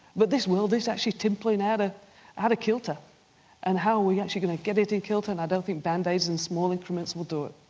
but this world is actually tippling out ah out of kilter and how are we actually going to get it in kilter and i don't think band-aids and small increments will do it.